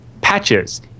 Patches